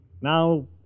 now